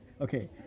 Okay